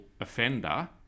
offender